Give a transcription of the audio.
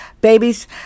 Babies